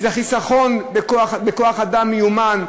זה חיסכון בכוח-אדם מיומן,